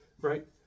right